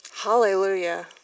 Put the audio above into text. Hallelujah